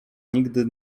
nigdy